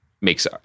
makes